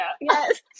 Yes